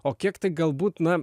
o kiek tai galbūt na